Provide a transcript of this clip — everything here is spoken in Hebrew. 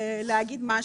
אני רק רוצה להגיד משהו.